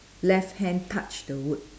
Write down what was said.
left hand touch the wood